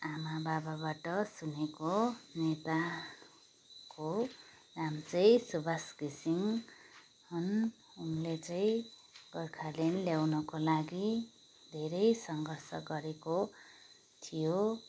आमा बाबाबाट सुनेको नेताको नाम चाहिँ सुवास घिसिङ हुन् उनले चाहिँ गोर्खाल्यान्ड ल्याउनको लागि धेरै सङ्घर्ष गरेको थियो